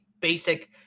basic